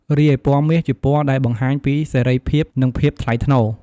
រីឯពណ៌មាស ជាពណ៌ដែលបង្ហាញពីសេរីភាព និងភាពថ្លៃថ្នូរ។